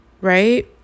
Right